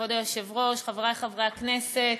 כבוד היושב-ראש, חברי חברי הכנסת,